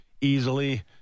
easily